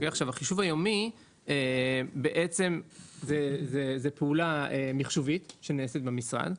החישוב היומי זה פעולה מחשובית שנעשית במשרד.